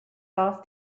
off